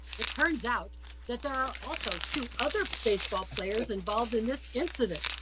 it turns out that there are also two other baseball players involved in this incident.